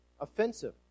Offensive